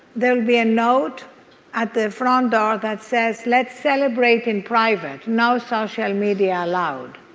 there'll be a note at the front um door that says, let's celebrate in private. no social media allowed.